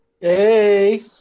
Hey